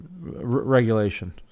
regulation